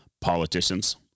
Politicians